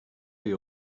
you